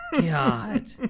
god